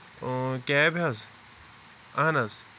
اۭں کیبہِ حظ اَہن حظ